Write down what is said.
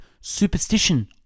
superstition